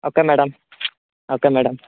okay madam okay madam